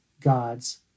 God's